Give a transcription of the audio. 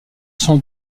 sont